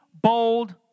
bold